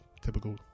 typical